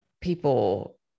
people